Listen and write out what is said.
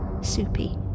soupy